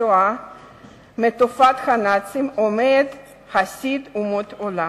מתופת הנאצים עומד חסיד אומות העולם.